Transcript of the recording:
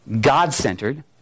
God-centered